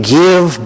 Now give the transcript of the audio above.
give